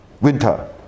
winter